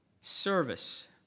service